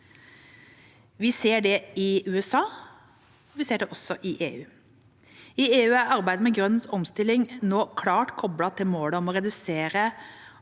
Vi ser det i USA, og vi ser det i EU. I EU er arbeidet med grønn omstilling nå klart koblet til målet om å redusere